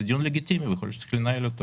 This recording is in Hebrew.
הוא דיון לגיטימי ויכול להיות שצריך לנהל אותו